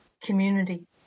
community